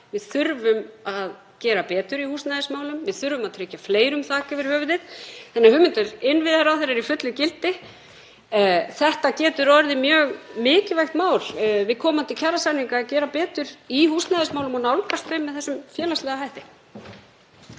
við þurfum að gera betur í húsnæðismálum. Við þurfum að tryggja fleirum þak yfir höfuðið. Hugmyndir innviðaráðherra eru því í fullu gildi. Það getur orðið mjög mikilvægt mál við komandi kjarasamninga að gera betur í húsnæðismálum og nálgast þau með þessum félagslega hætti.